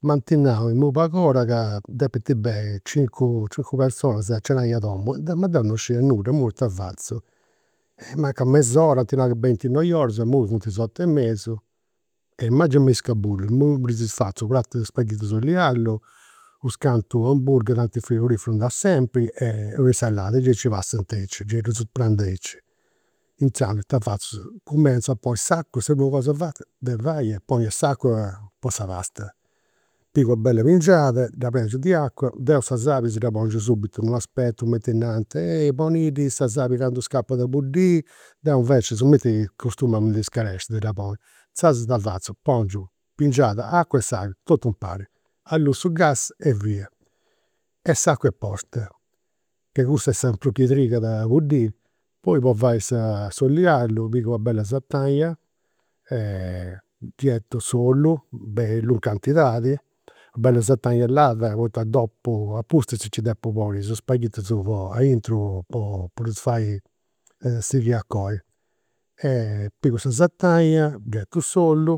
M'ant nau imui pag'ora ca depint benni cincu cincu personas a cenai a domu. Ma deu non scidia nudda, imui ita fatzu? Mancat mes'ora, ant nau ca benint i noioras. Imui funt is ot'e mesu. Ma gei mi scabullu, imui ddis fatzu u' pratu de spaghitus oll'i allu, u' hamburgher, tanti in frigoriferu nd'at sempri e u' insalada e gei nci passant aici, gei ddus prandu aici. Inzandus ita fatzu, cumentzu a ponni s'acua, sa primu cos'e fat de fai est a ponniri s'acua po sa pasta. Pigu una bella pingiada, dda di acua, deu sa sali si dda pongiu subitu, non aspetu cumenti nant, e poniddi sa sali candu scapat a buddiri. Deu invecias, cumenti costumu a mi ndi scaresci de dda ponniri, inzaras ita fatzu, pongiu pingiada acua e sali, totu impari, alluu su gas e via. E s'acua est posta, che cussa est sa prus chi trigada a buddiri. Poi po fai s'oll'i allu, pigu una bella sataina e ddi 'etu s'ollu, bellu in cantidadi, una bella sataina lada poi dopu, apustis, nci depu ponniri is spaghitus po, po ddus fai sighiri a coi. Pigu sa sataina, ghetu s'ollu,